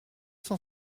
cent